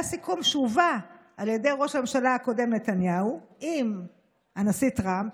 היה סיכום שהובא על ידי ראש הממשלה הקודם נתניהו עם הנשיא טראמפ,